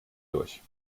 durch